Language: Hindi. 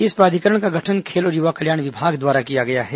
इस प्राधिकरण का गठन खेल और युवा कल्याण विभाग द्वारा किया गया है